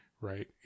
right